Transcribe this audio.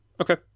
Okay